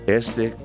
este